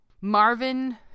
Marvin